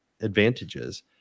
advantages